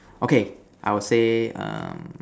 okay I will say um